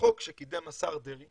שקידם השר דרעי